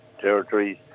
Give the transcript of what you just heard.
territories